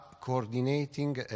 coordinating